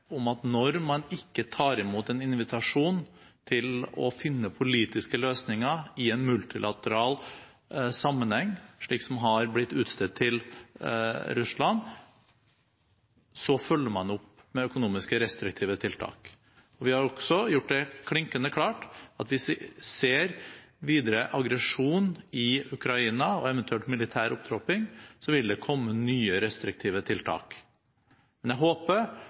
om at når man ikke tar imot en invitasjon til å finne politiske løsninger i en multilateral sammenheng, slik som det har blitt utstedt til Russland, følger man opp med økonomisk restriktive tiltak. Vi har også gjort det klinkende klart at hvis vi ser videre aggresjon i Ukraina og eventuelt militær opptrapping, vil det komme nye restriktive tiltak. Men jeg håper